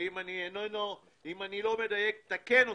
ואם אני לא מדייק תקן אותי,